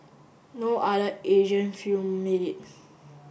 no other Asian film made it